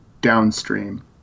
downstream